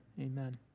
amen